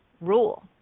rule